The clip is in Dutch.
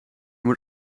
moet